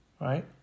right